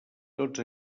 tots